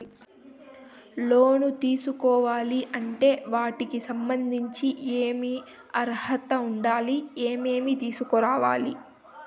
లోను తీసుకోవాలి అంటే వాటికి సంబంధించి ఏమి అర్హత ఉండాలి, ఏమేమి తీసుకురావాలి